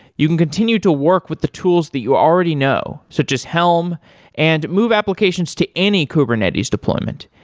you can continue to work with the tools that you already know, so just helm and move applications to any kubernetes deployment.